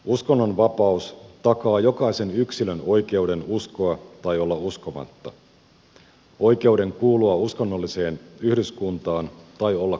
uskonnonvapaus takaa jokaisen yksilön oi keuden uskoa tai olla uskomatta oikeuden kuulua uskonnolliseen yhdyskuntaan tai olla kuulumatta